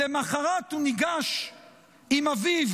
למוחרת הוא ניגש עם אביו